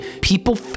people